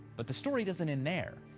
but the story doesn't end there.